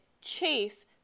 chase